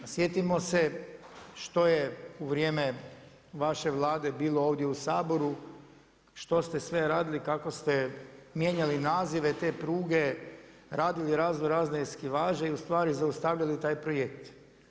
Sjetimo se što je u vrijeme vaše Vlade bilo ovdje u Saboru, što ste sve radili, kako ste mijenjali nazive te pruge, radili raznorazne eskivaže i u stvari zaustavljali taj projekt.